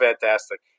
fantastic